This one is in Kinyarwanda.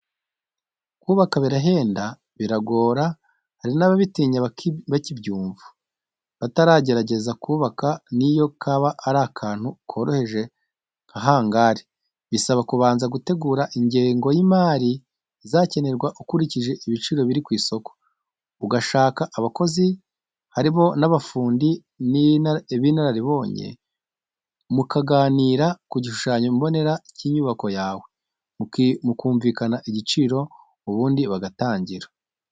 Kubaka birahenda, biragora, hari n'ababitinya bakibyumva, bataranagerageza kubaka n'iyo kaba ari akantu koroheje nka hangari. Bisaba kubanza gutegura ingengo y'imari izakenerwa ukurikije ibiciro biri ku isoko, ugashaka abakozi harimo n'abafundi b'inararibonye, mukaganira ku gishushanyo mbonera cy'inyubako yawe, mukumvikana igiciro, ubundi bagatangira.